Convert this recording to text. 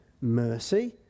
mercy